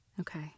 Okay